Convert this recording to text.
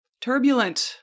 turbulent